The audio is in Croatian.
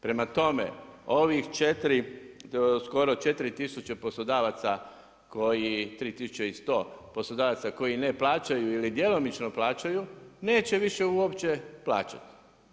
Prema tome, ovih 4, skoro 4000 poslodavaca, koji 3100 poslodavaca, koji ne plaćaju ili djelomično plaćaju, neće više uopće plaćati.